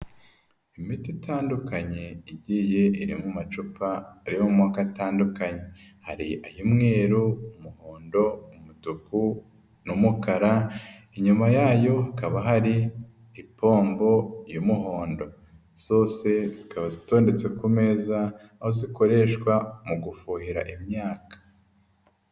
Imiti itandukanye igiye iri mu macupa ari mu moko atandukanye, hari: ay'umweru, umuhondo, umutuku n'umukara, inyuma yayo hakaba hari ipombo y'umuhondo, zose zikaba zitondetse ku meza aho zikoreshwa mu gufuhira imyaka.